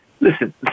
Listen